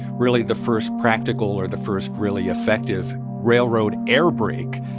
really, the first practical or the first really effective railroad air brake.